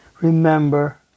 Remember